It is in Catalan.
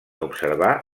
observar